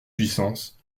puissance